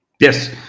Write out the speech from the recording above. Yes